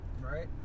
right